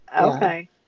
Okay